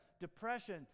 Depression